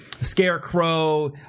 Scarecrow